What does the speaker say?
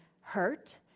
hurt